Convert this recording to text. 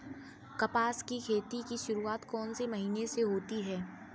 कपास की खेती की शुरुआत कौन से महीने से होती है?